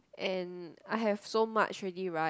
and I have so much already right